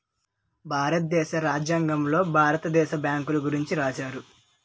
భారతదేశ రాజ్యాంగంలో భారత దేశ బ్యాంకుల గురించి రాశారు